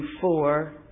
four